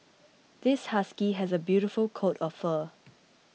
this husky has a beautiful coat of fur